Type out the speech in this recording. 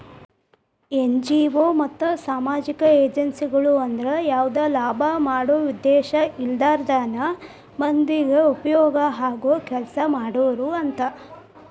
NGO ಮತ್ತ ಸಾಮಾಜಿಕ ಏಜೆನ್ಸಿಗಳು ಅಂದ್ರ ಯಾವದ ಲಾಭ ಮಾಡೋ ಉದ್ದೇಶ ಇರ್ಲಾರ್ದನ ಮಂದಿಗೆ ಉಪಯೋಗ ಆಗೋ ಕೆಲಸಾ ಮಾಡೋರು ಅಂತ